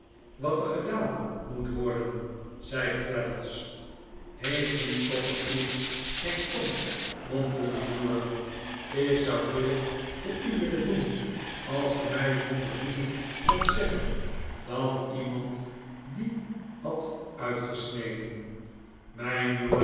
wat er gedaan moet worden zei traddles heeft die copperfield geen tong mompelde uriah ik zou veel voor u willen doen als ge mij zonder liegen kondt zeggen dat iemand die had uitgesneden